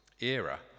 era